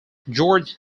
george